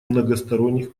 многосторонних